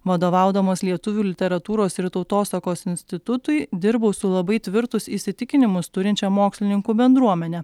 vadovaudamas lietuvių literatūros ir tautosakos institutui dirbau su labai tvirtus įsitikinimus turinčia mokslininkų bendruomene